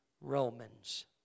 Romans